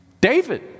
David